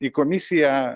į komisiją